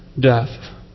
death